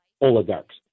oligarchs